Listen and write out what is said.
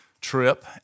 trip